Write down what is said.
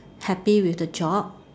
happy with the job